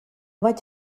vaig